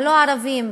הלא-ערביים,